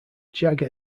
jagger